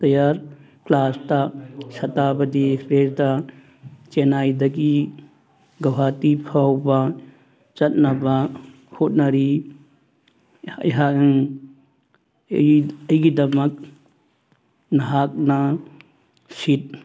tyre ꯀ꯭ꯂꯥꯁꯇ ꯁꯇꯥꯞꯄꯇꯤ ꯑꯦꯛꯁꯄ꯭ꯔꯦꯁꯇ ꯆꯦꯟꯅꯥꯏꯗꯒꯤ ꯒꯨꯋꯥꯍꯥꯇꯤ ꯐꯥꯎꯕ ꯆꯠꯅꯕ ꯍꯣꯠꯅꯔꯤ ꯑꯩꯍꯥꯛ ꯑꯩꯒꯤꯗꯃꯛ ꯅꯍꯥꯛꯅ ꯁꯤꯠ